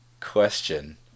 question